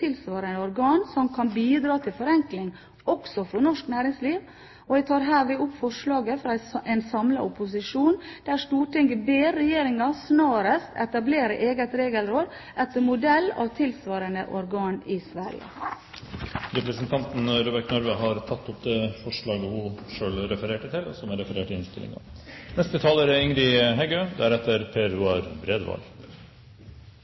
tilsvarende organ som kan bidra til forenkling også for norsk næringsliv. Jeg tar herved opp forslaget fra en samlet opposisjon, der Stortinget ber regjeringen snarest etablere et eget regelråd etter modell av tilsvarende organ i Sverige. Representanten Elisabeth Røbekk Nørve har tatt opp det forslaget hun refererte til. Vi er alle samde om intensjonane om at vi treng eit godt og enkelt regelverk, som tek i